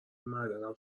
معدنم